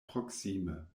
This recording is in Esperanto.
proksime